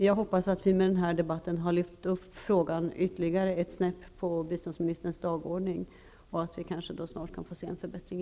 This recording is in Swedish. Jag hoppas att vi med denna debatt har fört upp denna fråga ytterligare ett snäpp på biståndsministerns dagordning och att vi då kanske snart kan få se en förbättring.